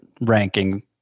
ranking